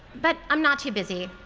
but i'm not too busy.